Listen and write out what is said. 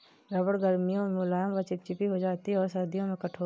रबड़ गर्मियों में मुलायम व चिपचिपी हो जाती है और सर्दियों में कठोर